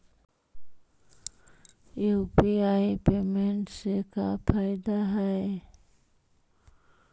UPI payment से का फायदा है?